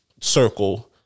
circle